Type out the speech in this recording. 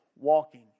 walking